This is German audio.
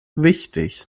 wichtig